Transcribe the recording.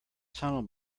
tunnel